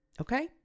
Okay